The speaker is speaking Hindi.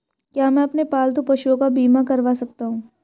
क्या मैं अपने पालतू पशुओं का बीमा करवा सकता हूं?